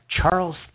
Charles